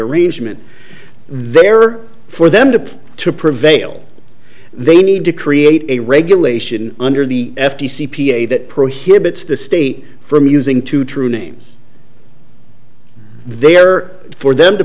arrangement there or for them to to prevail they need to create a regulation under the f t c p a that prohibits the state from using two true names there for them to